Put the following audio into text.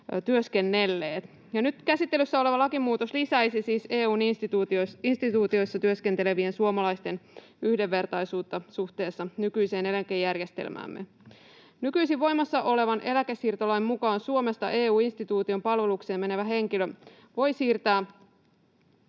työskennelleet. Nyt käsittelyssä oleva lakimuutos lisäisi siis EU:n instituutioissa työskentelevien suomalaisten yhdenvertaisuutta suhteessa nykyiseen eläkejärjestelmäämme. Nykyisin voimassa olevan eläkesiirtolain mukaan Suomesta EU-instituution palvelukseen menevä henkilö voi siirtää